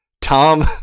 Tom